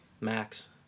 Max